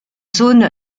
zone